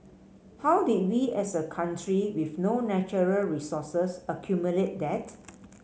how did we as a country with no natural resources accumulate that